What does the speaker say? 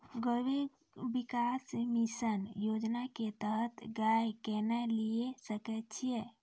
गव्य विकास मिसन योजना के तहत गाय केना लिये सकय छियै?